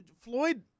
Floyd